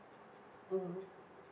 mmhmm